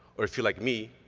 or if you're like me,